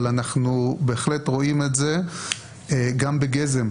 אבל אנחנו רואים את הבעיה הזאת גם בגזם.